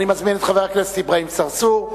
אני מזמין את חבר הכנסת אברהים צרצור,